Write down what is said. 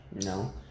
No